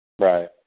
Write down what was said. Right